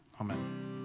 Amen